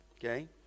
okay